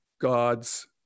God's